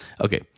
Okay